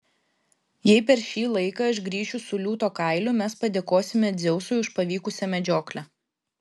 jei per šį laiką aš grįšiu su liūto kailiu mes padėkosime dzeusui už pavykusią medžioklę